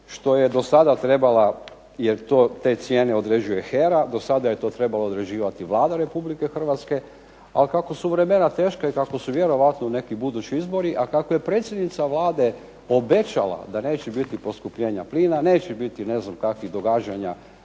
što je do sada trebala jer te cijene određuje HERA, do sada je to trebala određivati Vlada Republike Hrvatske. Ali kako su vremena teška i kako su vjerojatno neki budući izbori, a kako je predsjednica Vlade obećala da neće biti poskupljenja plina, neće biti ne znam kakvih događanja